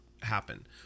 happen